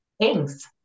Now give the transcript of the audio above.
Thanks